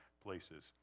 places